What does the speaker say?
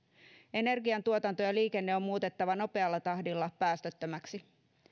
energiantuotanto ja liikenne on muutettava nopealla tahdilla päästöttömäksi